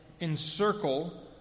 encircle